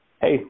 Hey